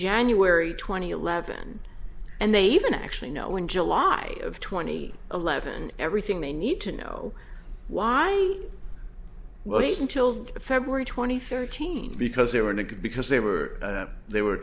january twentieth eleven and they even actually know in july of twenty eleven everything they need to know why well heat until february twenty third teams because they were in it because they were they were